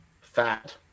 Fat